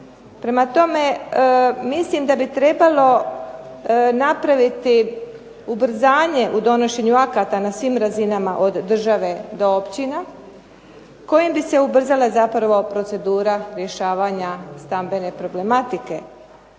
Prema tome, mislim da bi trebalo napraviti ubrzanje u donošenju akata na svim razinama od države do općina kojim bi se zapravo ubrzale procedura rješavanja stambene problematike.